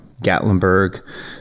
Gatlinburg